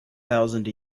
thousand